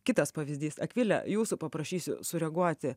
kitas pavyzdys akvile jūsų paprašysiu sureaguoti